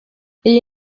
iyi